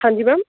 ਹਾਂਜੀ ਮੈਮ